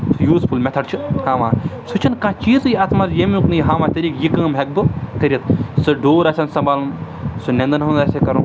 useful method چھِ تھاوان سُہ چھُنہٕ کانٛہہ چیٖزٕے اَتھ منٛز ییٚمیُک نہٕ یہِ ہاوان طٔریٖقہٕ یہِ کٲم ہیٚکہٕ بہٕ کٔرِتھ سُہ ڈوٗر آسن سَمبالُن سُہ نیندَن ہُنٛد آسہِ کَرُن